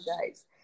guys